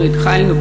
אנחנו התחלנו,